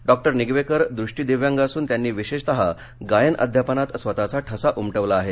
doctor Nigwekar दृष्टी दिव्यांग असून त्यांनी विशेषतः गायन अध्यापनात स्वतःचा ठसा उमटविला आहे